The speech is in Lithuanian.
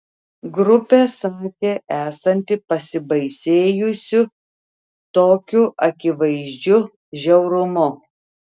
grupė sakė esanti pasibaisėjusi tokiu akivaizdžiu žiaurumu